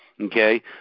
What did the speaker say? Okay